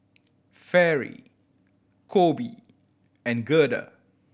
Fairy Coby and Gerda